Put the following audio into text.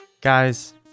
Guys